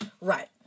Right